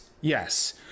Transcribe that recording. Yes